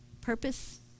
purpose